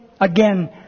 Again